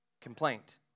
complaint